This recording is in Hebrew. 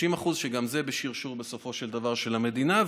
30%, וגם זה, בסופו של דבר, בשרשור, של המדינה.